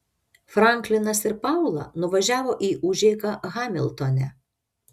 franklinas ir paula nuvažiavo į užeigą hamiltone